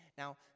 Now